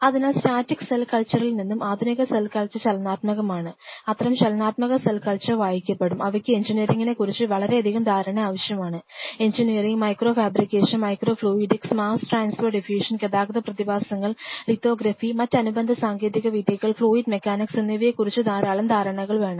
അതിനാൽ static cell കൾച്ചറിൽ നിന്നും ആധുനിക സെൽ കൾച്ചർ ചലനാത്മകമാണ് അത്തരം ചലനാത്മക സെൽ കൾച്ചർ വായിക്കപ്പെടും അവയ്ക്ക് എഞ്ചിനീയറിംഗിനെക്കുറിച്ച് വളരെയധികം ധാരണ ആവശ്യമാണ് engineering micro fabrication micro fluidics mass transfer diffusion ഗതാഗത പ്രതിഭാസങ്ങൾ ലിത്തോഗ്രാഫി മറ്റ് അനുബന്ധ സാങ്കേതിക വിദ്യകൾ ഫ്ലൂയിഡ് മെക്കാനിക്സ് എന്നിവയെക്കുറിച്ച് ധാരാളം ധാരണകൾ വേണം